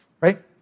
right